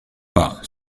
pas